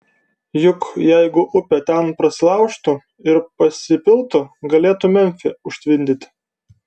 juk jeigu upė ten prasilaužtų ir pasipiltų galėtų memfį užtvindyti